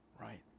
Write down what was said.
right